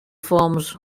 forms